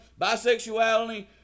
bisexuality